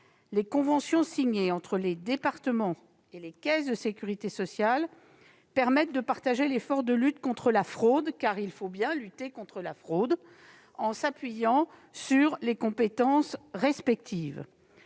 Les conventions signées entre les départements et les caisses de sécurité sociale permettent de partager l'effort de lutte contre la fraude- car il faut bien lutter contre la fraude !-, en s'appuyant sur les compétences respectives.